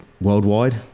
worldwide